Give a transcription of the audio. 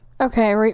Okay